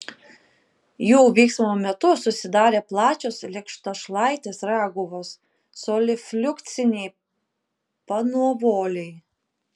jų vyksmo metu susidarė plačios lėkštašlaitės raguvos solifliukciniai panuovoliai